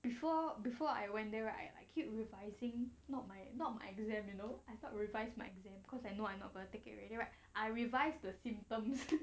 before before I went there right like keep revising not might not exam you know I start will revise my exam because I know I not going to take it already right I revised the symptoms